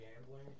gambling